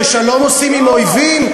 ששלום עושים עם אויבים?